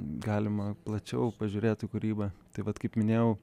galima plačiau pažiūrėt į kūrybą tai vat kaip minėjau